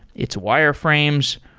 it's wireframes.